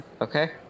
Okay